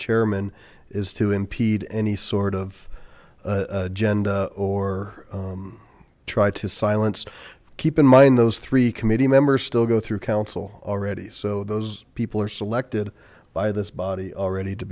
chairman is to impede any sort of agenda or try to silence keep in mind those three committee members still go through council already so those people are selected by this body already to